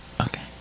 okay